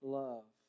love